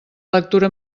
lectura